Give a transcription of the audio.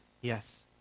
Yes